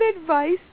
advice